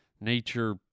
nature